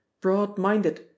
broad-minded